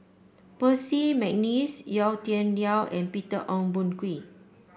Percy McNeice Yau Tian Yau and Peter Ong Boon Kwee